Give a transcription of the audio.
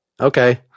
Okay